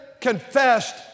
confessed